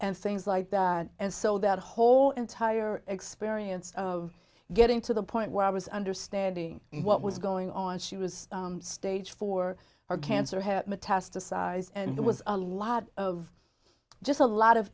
and things like that and so that whole entire experience of getting to the point where i was understanding what was going on she was stage four her cancer had metastasized and there was a lot of just a lot of